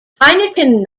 heineken